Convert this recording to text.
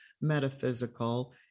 metaphysical